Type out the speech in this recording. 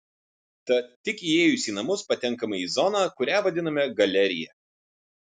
tad tik įėjus į namus patenkama į zoną kurią vadiname galerija